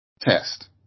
test